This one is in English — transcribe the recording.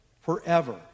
forever